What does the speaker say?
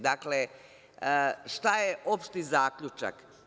Dakle, šta je opšti zaključak?